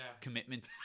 commitment